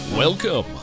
Welcome